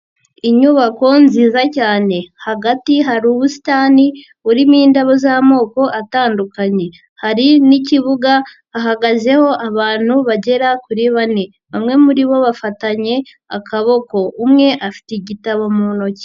Inyubako nziza cyane hagati hari ubusitani burimo indabo z'amoko atandukanye, hari n'ikibuga hahagazeho abantu bagera kuri bane, bamwe muri bo bafatanye akaboko umwe afite igitabo mu ntoki.